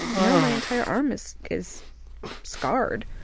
now my entire arm is is scarred.